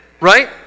right